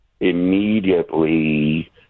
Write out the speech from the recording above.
immediately